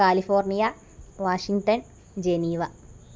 California Washington Geneva